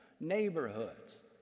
Neighborhoods